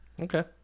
Okay